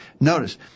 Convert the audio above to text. Notice